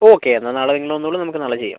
okay എന്നാൽ നാളെ നിങ്ങൾ വന്നോളൂ നമുക്ക് നാളെ ചെയ്യാം